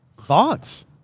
Thoughts